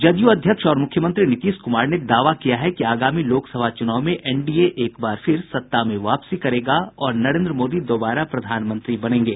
जदयू अध्यक्ष और मुख्यमंत्री नीतीश कुमार ने दावा किया है कहा कि आगामी लोकसभा चुनाव में एनडीए एक बार फिर सत्ता में वापसी करेगा और नरेन्द्र मोदी दोबारा प्रधानमंत्री बनेंगे